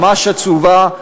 ממש עצובה,